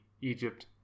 Egypt